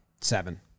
seven